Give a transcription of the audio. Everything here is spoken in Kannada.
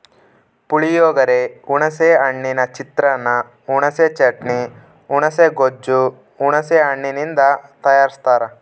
ಪುಳಿಯೋಗರೆ, ಹುಣಿಸೆ ಹಣ್ಣಿನ ಚಿತ್ರಾನ್ನ, ಹುಣಿಸೆ ಚಟ್ನಿ, ಹುಣುಸೆ ಗೊಜ್ಜು ಹುಣಸೆ ಹಣ್ಣಿನಿಂದ ತಯಾರಸ್ತಾರ